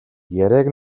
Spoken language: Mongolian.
яриаг